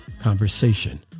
conversation